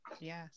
yes